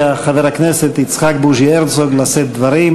חבר הכנסת יצחק בוז'י הרצוג לשאת דברים.